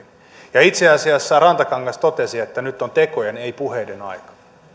ja itse asiassa rantakangas totesi että nyt on tekojen ei puheiden aika